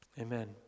Amen